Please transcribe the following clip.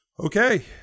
Okay